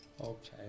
Okay